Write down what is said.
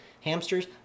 Hamsters